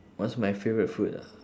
what's my favourite food ah